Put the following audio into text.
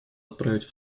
отправить